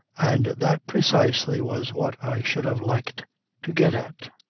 and that precisely was what i should have liked to get at.